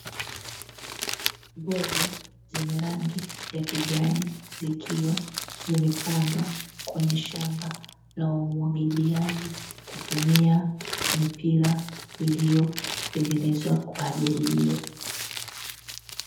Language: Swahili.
Mboga zenye rangi ya kijani, zikiwa zimepandwa kwenye shamba la umwagiliaji kwa kutumia mipira iliyotengenezwa kwa ajili hiyo .